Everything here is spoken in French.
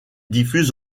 diffuse